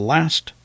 Last